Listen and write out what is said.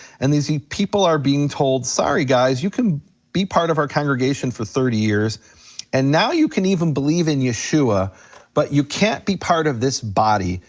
and these people are being told, sorry guys, you can be part of our congregation for thirty years and now you can even believe in yeshua but you can't be part of this body,